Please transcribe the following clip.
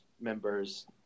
members